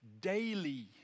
daily